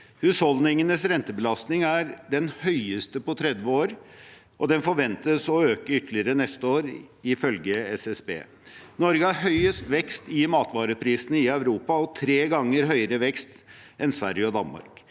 Husholdningenes rentebelastning er den høyeste på 30 år, og den forventes å øke ytterligere neste år, ifølge SSB. Norge har høyest vekst i matvareprisene i Europa og tre ganger høyere vekst enn Sverige og Danmark.